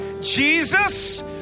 Jesus